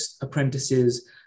apprentices